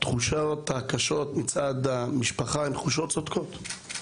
התחושות הקשות מצד המשפחה הן תחושות צודקות.